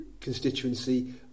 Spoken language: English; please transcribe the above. constituency